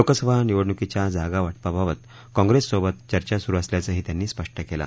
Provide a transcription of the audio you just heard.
लोकसभा निवडणुकीच्या जागावाटपाबाबत काँप्रेससोबत चर्चा सुरू असल्याचेही त्यात्ती स्पष्ट केलं